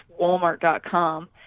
walmart.com